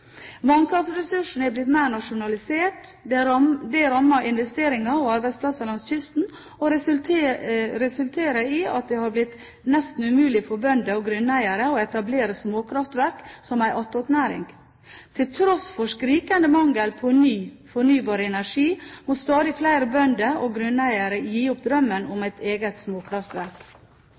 Vannkraftressursene er blitt mer nasjonalisert. Det rammer investeringer og arbeidsplasser langs kysten og resulterer i at det har blitt nesten umulig for bønder og grunneiere å etablere småkraftverk som en attåtnæring. Til tross for skrikende mangel på ny fornybar energi må stadig flere bønder og grunneiere gi opp drømmen om et eget småkraftverk.